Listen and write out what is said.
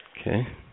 Okay